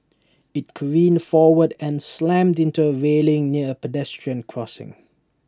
IT careened forward and slammed into A railing near A pedestrian crossing